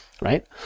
right